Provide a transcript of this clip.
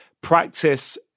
practice